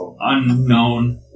unknown